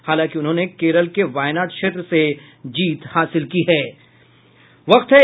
हालांकि उन्होंने केरल के वायनाड क्षेत्र से जीत हासिल की है